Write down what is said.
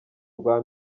rwa